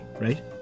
right